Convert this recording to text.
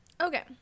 Okay